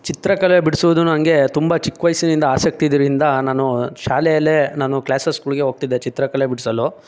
ಚಿತ್ರಕಲೆ ಬಿಡಿಸುವುದು ನನಗೆ ತುಂಬ ಚಿಕ್ಕ ವಯಸ್ಸಿನಿಂದ ಆಸಕ್ತಿ ಇದರಿಂದ ನಾನು ಶಾಲೆಯಲ್ಲೇ ನಾನು ಕ್ಲಾಸಸ್ಗಳಿಗೆ ಹೋಗ್ತಿದ್ದೆ ಚಿತ್ರಕಲೆ ಬಿಡಿಸಲು